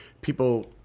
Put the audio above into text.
people